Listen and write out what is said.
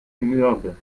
mürbe